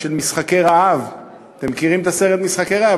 "משחקי הרעב" אתם מכירים את הסרט "משחקי הרעב"?